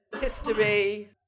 history